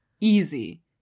Easy